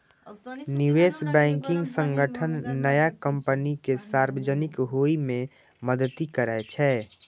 निवेश बैंकिंग संगठन नया कंपनी कें सार्वजनिक होइ मे मदति करै छै